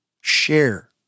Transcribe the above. Share